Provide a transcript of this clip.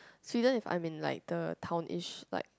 Sweden if I'm in like the town ish like